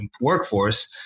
Workforce